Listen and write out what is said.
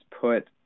put